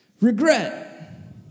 Regret